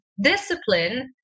discipline